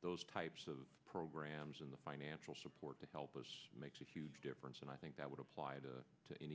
those types of programs and the financial support to help us makes a huge difference and i think that would apply to